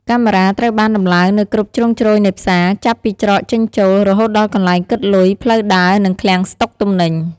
កាមេរ៉ាត្រូវបានដំឡើងនៅគ្រប់ជ្រុងជ្រោយនៃផ្សារ ចាប់ពីច្រកចេញចូល រហូតដល់កន្លែងគិតលុយ ផ្លូវដើរ និងឃ្លាំងស្តុកទំនិញ។